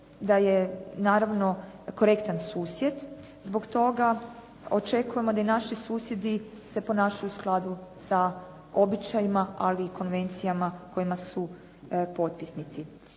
da je naravno korektan susjed. Zbog toga očekujemo da i naši susjedi se ponašaju u skladu sa običajima ali i konvencijama kojima su potpisnici.